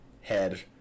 head